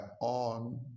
on